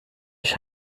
ich